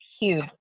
huge